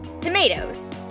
tomatoes